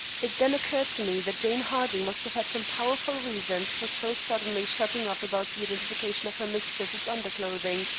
it then occurred to me that jane harding must have had some powerful reasons for so suddenly shutting up about the identification of her mistress's underclothing.